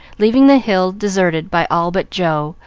leaving the hill deserted by all but joe,